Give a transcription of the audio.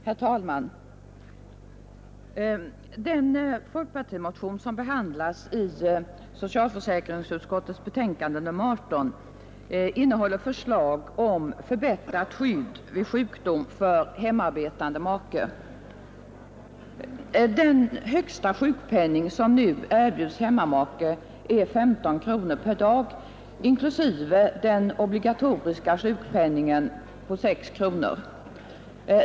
Herr talman! Den folkpartimotion som behandlas i socialförsäkringsutskottets betänkande nr 18 innehåller förslag om förbättrat skydd vid sjukdom för hemarbetande make. Den högsta sjukpenning som nu erbjudes hemmamake är 15 kronor per dag inklusive den obligatoriska sjukpenningen på 6 kronor.